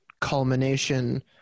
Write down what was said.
culmination